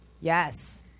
yes